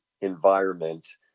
Environment